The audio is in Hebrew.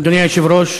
אדוני היושב-ראש,